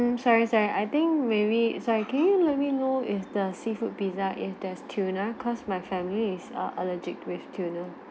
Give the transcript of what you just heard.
~(mm) sorry sorry I think maybe sorry can you let me know is the seafood pizza if there's tuna cause my family is err allergic with tuna